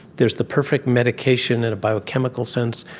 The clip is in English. there is the perfect medication in a biochemical sense.